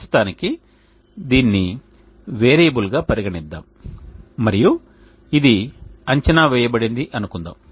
ప్రస్తుతానికి దీనిని వేరియబుల్గా పరిగణిద్దాం మరియు ఇది అంచనా వేయబడిందని అనుకుందాం